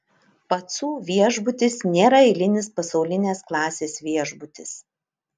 pacų viešbutis nėra eilinis pasaulinės klasės viešbutis